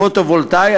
הפוטו-וולטאי,